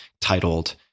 titled